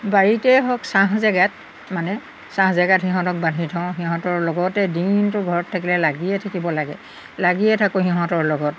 বাৰীতেই হওক ছাঁ জেগাত মানে ছাঁ জেগাত সিহঁতক বান্ধি থওঁ সিহঁতৰ লগতে দিনটো ঘৰত থাকিলে লাগিয়ে থাকিব লাগে লাগিয়ে থাকোঁ সিহঁতৰ লগত